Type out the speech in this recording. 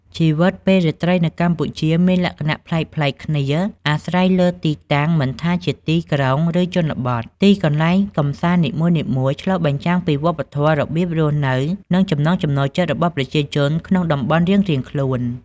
ជីវិតពេលរាត្រីនៅកម្ពុជាមានលក្ខណៈប្លែកៗគ្នាអាស្រ័យលើទីតាំង មិនថាជាទីក្រុង ឬជនបទ ទីកន្លែងកម្សាន្តនីមួយៗឆ្លុះបញ្ចាំងពីវប្បធម៌ របៀបរស់នៅ និងចំណូលចិត្តរបស់ប្រជាជនក្នុងតំបន់រៀងៗខ្លួន ។